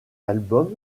albums